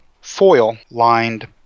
foil-lined